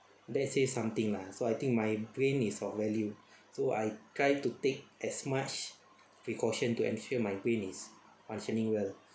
that say something lah so I think my brain is of value so I try to take as much precaution to ensure my brain is functioning well